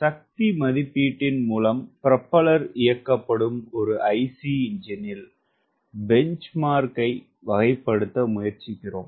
சக்தி மதிப்பீட்டின் மூலம் புரோப்பல்லர் இயக்கப்படும் ஐசி எஞ்சினில் பெஞ்ச்மார்க் வகைப்படுத்த முயற்சிக்கிறோம்